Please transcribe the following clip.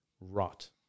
rot